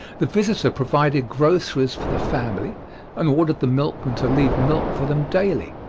the visitor provided groceries for the family and ordered the milkman to leave milk for them daily.